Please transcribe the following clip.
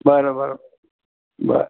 बरं बरं बरं